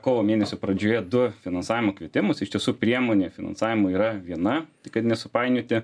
kovo mėnesio pradžioje du finansavimo kvietimus iš tiesų priemonė finansavimo yra viena kad nesupainioti